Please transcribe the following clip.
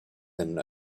than